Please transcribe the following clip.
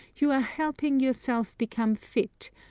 you are helping yourself become fit,